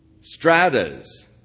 stratas